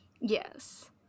Yes